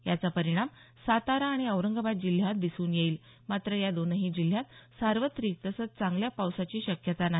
याचा परिणाम सातारा आणि औरंगाबाद जिल्ह्यांत दिसून येईल मात्र या दोन्ही जिल्ह्यांत सार्वत्रिक तसंच चांगल्या पावसाची शक्यता नाही